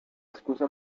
excusa